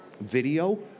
video